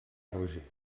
roger